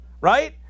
Right